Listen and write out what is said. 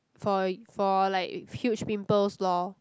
for for like huge pimples lor